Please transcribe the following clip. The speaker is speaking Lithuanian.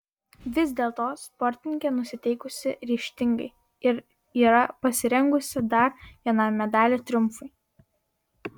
vis dėlto sportininkė nusiteikusi ryžtingai ir yra pasirengusi dar vienam medalių triumfui